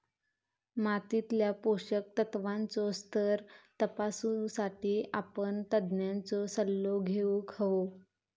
मातीतल्या पोषक तत्त्वांचो स्तर तपासुसाठी आपण तज्ञांचो सल्लो घेउक हवो